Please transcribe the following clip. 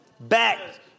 back